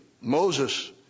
Moses